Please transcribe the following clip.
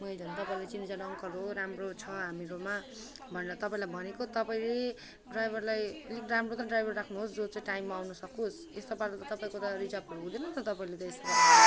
मैले झन् तपाईँलाई चिनाजाना अङ्कल हो राम्रो छ हाम्रोमा भनेर तपाईँलाई भनेको तपाईँले ड्राइभरलाई अलिक राम्रो त ड्राइभर राख्नुहोस् जो चाहिँ टाइममा आउनसकोस् यस्तो पाराले त तपाईँको त रिजर्व हुनुहुँदैन नि त तपाईँले यस्तो